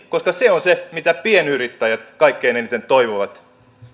koska se on se mitä pienyrittäjät kaikkein eniten toivovat